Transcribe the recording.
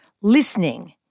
Listening